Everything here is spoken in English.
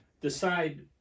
decide